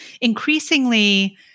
Increasingly